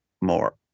more